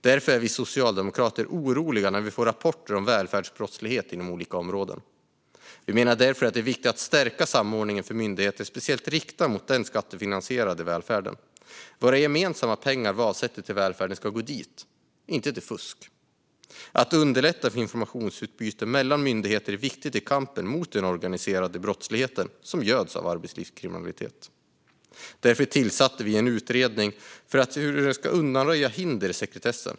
Därför blir vi socialdemokrater oroliga när vi får rapporter om välfärdsbrottslighet inom olika områden. Vi menar därför att det är viktigt att stärka den samordning för myndigheterna som är speciellt riktad mot den skattefinansierade välfärden. De gemensamma pengar som vi avsätter till välfärden ska gå dit och inte till fusk. Att underlätta för informationsutbyte mellan myndigheter är viktigt i kampen mot den organiserade brottsligheten, som göds av arbetslivskriminaliteten. Därför tillsatte vi en utredning om hur man ska kunna undanröja hinder i sekretessen.